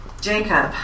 Jacob